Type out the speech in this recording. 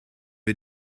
wir